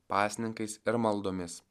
pasninkais ir maldomis